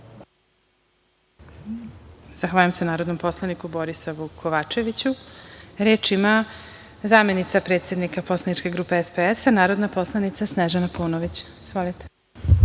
Zahvaljujem se narodnom poslaniku Borisavu Kovačeviću. Reč ima zamenica predsednika poslaničke grupe SPS, narodna poslanica Snežana Paunović. Izvolite.